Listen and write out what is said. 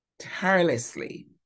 tirelessly